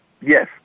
Yes